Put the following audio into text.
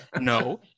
No